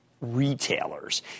retailers